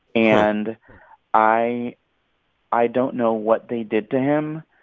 and i i don't know what they did to him.